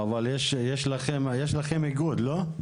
אבל יש לכם איגוד לא?